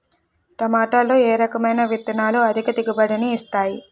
టమాటాలో ఏ రకమైన విత్తనాలు అధిక దిగుబడిని ఇస్తాయి